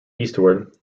eastward